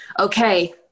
okay